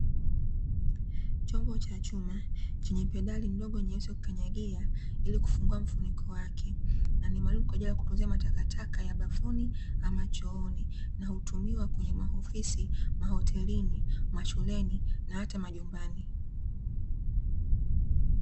Chombo cha chuma chenye pedali ndogo nyeusi ya kukanyagia ili kufungua mfuniko wake. Na ni maalum kwa ajili ya kutunzia matakataka ya bafuni ama chooni; na hutumiwa kwenye maofisi, mahotelini, mashuleni, na hata majumbani.